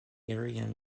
ariane